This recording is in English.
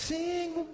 Sing